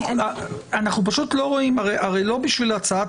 כולל עלויות ולוח זמנים תוך התייחסות